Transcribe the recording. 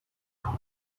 کال